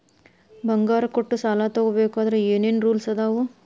ಬಂಗಾರ ಕೊಟ್ಟ ಸಾಲ ತಗೋಬೇಕಾದ್ರೆ ಏನ್ ಏನ್ ರೂಲ್ಸ್ ಅದಾವು?